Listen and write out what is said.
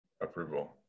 approval